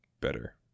better